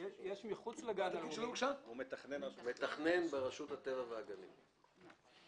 יש פה נושא ספציפי לאירוע בעייתי של שכונה